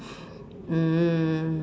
mm